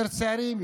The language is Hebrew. יותר צעירים,